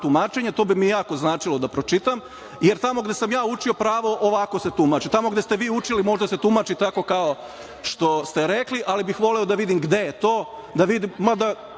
tumačenje, to bi mi jako značilo da pročitam, jer tamo gde sam učio pravo ovako se tumači. Tamo gde ste vi učili možda se tumači tako kao što ste rekli, ali bih voleo da vidim gde je to, mada